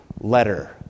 letter